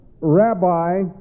Rabbi